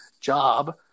job